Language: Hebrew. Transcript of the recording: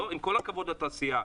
עם כל הכבוד לתעשייה.